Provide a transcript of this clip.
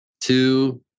two